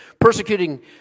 persecuting